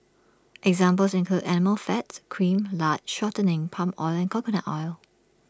examples include animal fat cream lard shortening palm oil and coconut oil